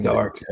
Dark